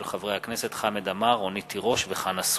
של חברי הכנסת חמד עמאר, רונית תירוש וחנא סוייד.